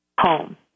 home